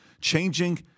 changing